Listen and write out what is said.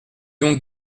donc